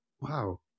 Wow